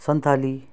Santhali